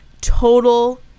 total